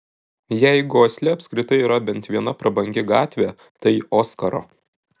jeigu osle apskritai yra bent viena prabangi gatvė tai oskaro